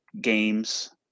games